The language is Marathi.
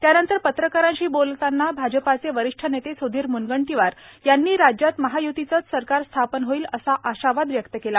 यानंतर पत्रकारांशी बोलतांना भाजपाचे वरिष्ठ नेते स्धिर म्नगंटीवार यांनी राज्यात महाय्तीचं सरकार स्थापन होईल असा आशावाद व्यक्त केला